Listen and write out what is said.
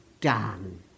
done